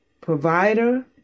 provider